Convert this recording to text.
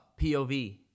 POV